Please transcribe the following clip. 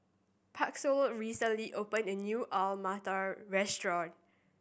Pasquale recently opened a new Alu Matar Restaurant